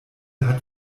hat